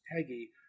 Peggy